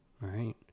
right